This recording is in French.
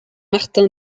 martin